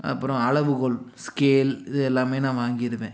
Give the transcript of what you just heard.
அப்புறோம் அளவுகோல் ஸ்கேல் இது எல்லாமே நான் வாங்கிருவேன்